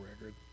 record